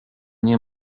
nie